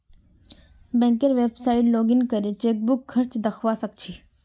बैंकेर website login करे checkbook खर्च दखवा स ख छि